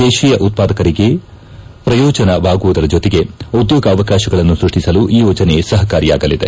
ದೇಶೀಯ ಉತ್ಪಾದಕರಿಗೆ ಪ್ರಯೋಜನವಾಗುವುದರ ಜೊತೆಗೆ ಉದ್ನೋಗಾವಕಾತಗಳನ್ನು ಸ್ಪಷ್ಟಿಸಲು ಈ ಯೋಜನೆ ಸಪಕಾರಿಯಾಗಲಿದೆ